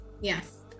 Yes